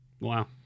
Wow